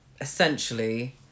essentially